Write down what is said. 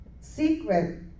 secret